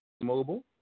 mobile